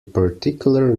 particular